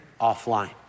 offline